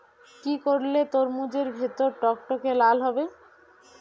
কি করলে তরমুজ এর ভেতর টকটকে লাল হবে?